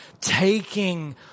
taking